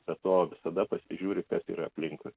be to visada pasižiūri kas yra aplinkui